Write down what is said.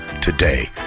today